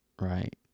right